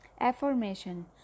Affirmation